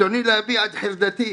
ברצוני להביע את חרדתי,